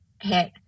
hit